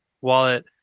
wallet